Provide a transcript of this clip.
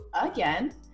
again